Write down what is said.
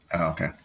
okay